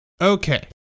Okay